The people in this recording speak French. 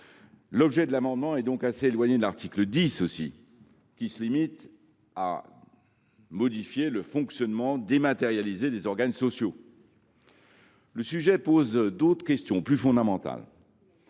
l’objet de l’amendement est assez éloigné de l’article 10, qui se limite à modifier le fonctionnement dématérialisé des organes sociaux. Enfin, d’autres questions plus fondamentales